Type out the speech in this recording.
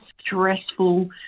stressful